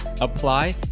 apply